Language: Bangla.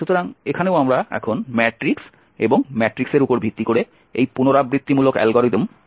সুতরাং এখানেও আমরা এখন ম্যাট্রিক্স এবং ম্যাট্রিক্সের উপর ভিত্তি করে এই পুনরাবৃত্তিমূলক অ্যালগরিদমের কথা বলছি